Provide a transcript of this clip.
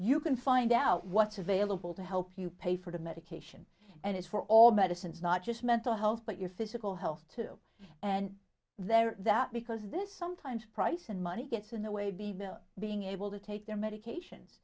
you can find out what's available to help you pay for the medication and it's for all medicines not just mental health but your physical health too and they're that because this sometimes price and money gets in the way be being able to take their